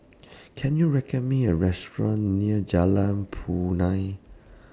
Can YOU record Me A Restaurant near Jalan Punai